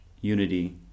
unity